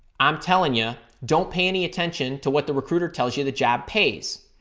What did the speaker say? i'm telling you, don't pay any attention to what the recruiter tells you the job pays.